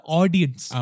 audience